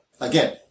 Again